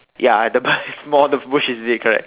ya the barn is small the bush is big correct